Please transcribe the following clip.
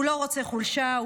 הוא לא רוצה חולשה,